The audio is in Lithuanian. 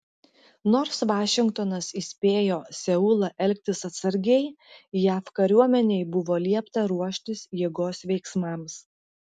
nors vašingtonas įspėjo seulą elgtis atsargiai jav kariuomenei buvo liepta ruoštis jėgos veiksmams